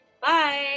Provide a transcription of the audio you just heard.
Bye